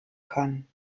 können